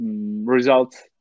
results